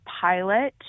pilot